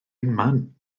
unman